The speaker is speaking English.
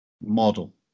model